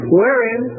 wherein